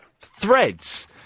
Threads